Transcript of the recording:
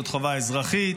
זאת חובה אזרחית,